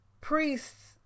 priests